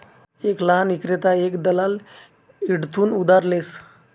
एक लहान ईक्रेता एक दलाल कडथून उधार लेस